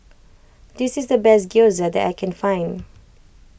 this is the best Gyoza that I can find